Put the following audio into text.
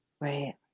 Right